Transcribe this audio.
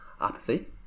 apathy